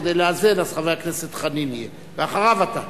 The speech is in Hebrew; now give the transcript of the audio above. כדי לאזן, אז חבר הכנסת חנין יהיה, ואחריו אתה.